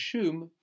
assume